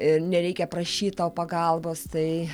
ir nereikia prašyt to pagalbos tai